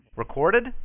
Recorded